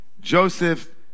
Joseph